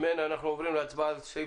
אם אין, אנחנו עוברים להצבעה על סעיף